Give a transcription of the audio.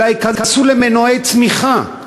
אלא ייכנסו למנועי צמיחה,